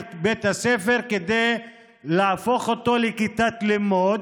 בית הספר כדי להפוך אותו לכיתת לימוד.